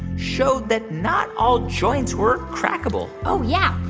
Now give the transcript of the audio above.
showed that not all joints were crackable oh, yeah.